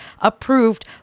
approved